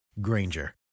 Granger